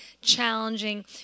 challenging